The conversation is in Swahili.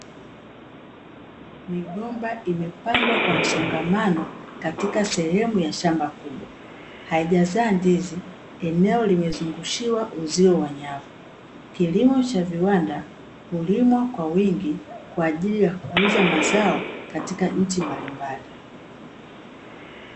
Migomba imepandwa kwa msongamano katika sehemu ya shamba kubwa, haijazaa ndizi, eneo limezungushiwa uzio wa nyavu. Kilimo cha viwanda, hulimwa kwa wingi kwa ajili ya kuuza mazao katika nchi mbalimbali.